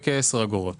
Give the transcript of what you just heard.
בכ-10 אגורות